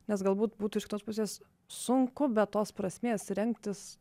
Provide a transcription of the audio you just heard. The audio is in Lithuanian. nes galbūt būtų iš kitos pusės sunku be tos prasmės rengtis